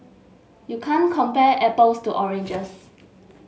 you can't compare apples to oranges